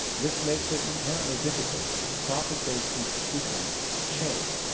this makes it inherently difficult for profit-based institutions to change,